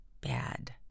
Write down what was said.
bad